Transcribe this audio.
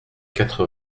quatre